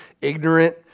ignorant